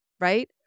right